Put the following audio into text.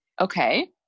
okay